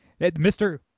Mr